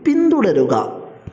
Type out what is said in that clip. പിന്തുടരുക